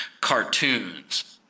cartoons